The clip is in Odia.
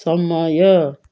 ସମୟ